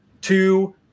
two